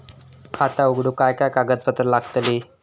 खाता उघडूक काय काय कागदपत्रा लागतली?